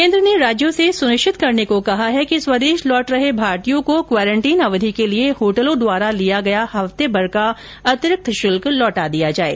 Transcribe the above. केन्द्र ने राज्यों से सुनिश्चित करने को कहा है कि स्वदेश लौटरहे भारतीयों से क्वारेन्टीन अवधि के लिए होटलों द्वारा लिया गया हफ्तेभर का अतिरिक्त शुल्क लौटा दिया जाये